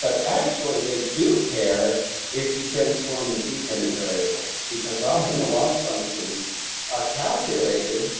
but actually, they do care if you transform the dependent variable, because often the loss functions are calculated